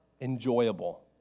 enjoyable